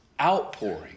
outpouring